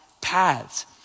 paths